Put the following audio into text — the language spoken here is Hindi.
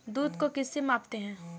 दूध को किस से मापते हैं?